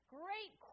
great